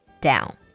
down